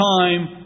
time